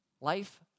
Life